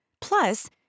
Plus